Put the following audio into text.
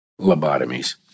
lobotomies